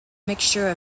mixture